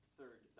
Third